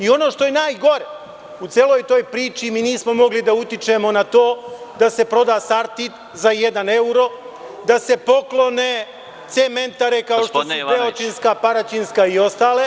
Ono što je najgore u celoj toj priči, mi nismo mogli da utičemo na to da se proda „Sartid“ za jedan evro, da se poklone cementare kao što su beočinska, paraćinska i ostale